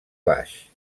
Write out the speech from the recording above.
baix